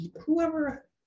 whoever